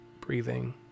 Breathing